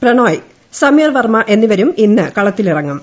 പ്രണോയി സമീർ വർമ്മ എന്നിവരും ഇസ്റ് കളത്തിലിറങ്ങും